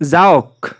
যাওক